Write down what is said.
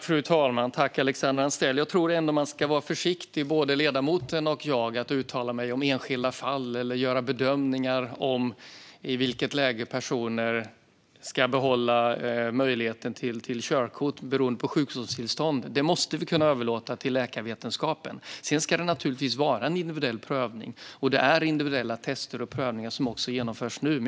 Fru talman! Jag tror att både ledamoten och jag ska vara försiktiga när det gäller att uttala oss om enskilda fall eller göra bedömningar av i vilket läge personer ska behålla möjligheten att ha körkort beroende på sjukdomstillstånd. Det måste vi kunna överlåta till läkarvetenskapen. Sedan ska det naturligtvis vara en individuell prövning, och individuella tester och prövningar genomförs nu.